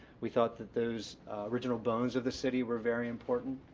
we thought that those original bones of the city were very important.